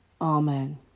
Amen